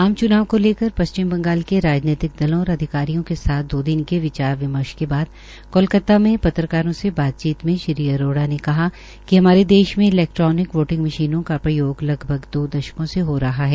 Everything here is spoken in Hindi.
आम च्नाव को लेकर पश्चिम बंगाल के राजनीतिक दलों और अधिकारियों के साथ दो दिन के विचार विमर्श के बाद कोलकता में पत्रकारों से बातचीत में श्री अरोड़ा ने कहा कि हमारे देश मे इलैक्ट्रोनिक वोटिंग मशीनों का प्रयोग लगभग दो दशक से हो रहा है